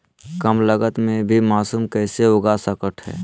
कम लगत मे भी मासूम कैसे उगा स्केट है?